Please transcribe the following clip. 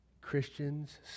Christians